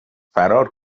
فرار